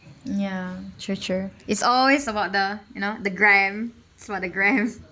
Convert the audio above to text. ya true true is always about the you know the gram it's about the grams